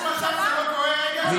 יש מצב שאתה לא קורא רגע, שאתה מדבר?